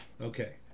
Okay